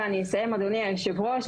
ואני אסיים אדוני יושב הראש,